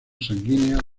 sanguínea